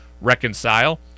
reconcile